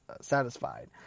satisfied